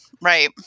right